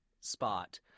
spot